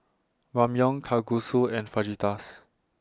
Ramyeon Kalguksu and Fajitas